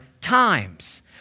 times